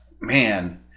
Man